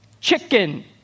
chicken